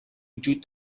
وجود